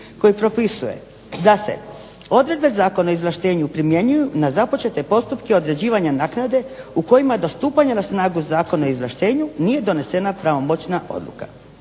koji propisuje da se odredbe Zakona o izvlaštenju primjenjuju na započete postupke određivanja naknade u kojima do stupanja na snagu Zakona o izvlaštenju nije donesena pravomoćna odluka.